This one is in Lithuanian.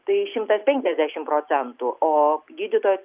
tai šimtas penkiasdešim procentų o gydytojas